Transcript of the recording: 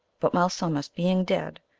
but malsumsis, being dead,